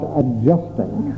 adjusting